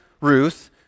Ruth